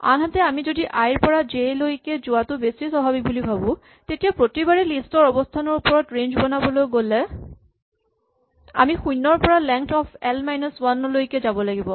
আনহাতে আমি যদি আই ৰ পৰা জে লৈকে যোৱাটো বেছি স্বাভাৱিক বুলি ভাৱো তেতিয়া প্ৰতিবাৰে লিষ্ট ৰ অৱস্হানৰ ওপৰত ৰেঞ্জ বনাবলৈ গ'লে আমি শূণ্যৰ পৰা length of l minus one লৈকে যাব লাগিব